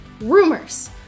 Rumors